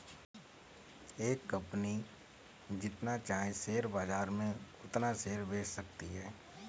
एक कंपनी जितना चाहे शेयर बाजार में उतना शेयर बेच सकती है